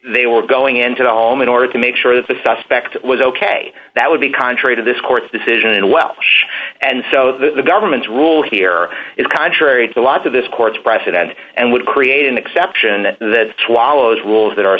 they were going into the home in order to make sure that the suspect was ok that would be contrary to this court's decision in welsh and so the government's rule here is contrary to lots of this court's precedent and would create an exception that swallows rules that are